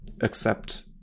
accept